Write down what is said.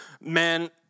man